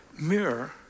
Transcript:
mirror